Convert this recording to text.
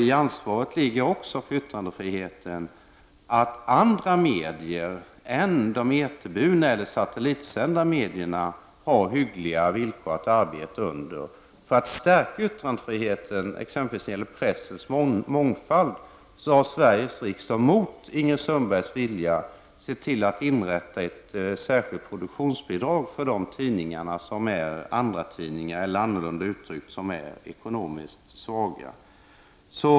I ansvaret för yttrandefriheten ligger också att andra medier än de eterburna eller satellitsända medierna har hyggliga villkor att arbeta under. När det gäller pressens mångfald har Sveriges riksdag mot Ingrid Sundbergs vilja sett till att inrätta ett särskilt produktionsbidrag för andratidningar, eller annorlunda uttryckt de tidningar som är ekonomiskt svaga.